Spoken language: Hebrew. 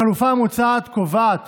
החלופה המוצעת קובעת